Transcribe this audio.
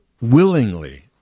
willingly